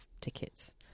tickets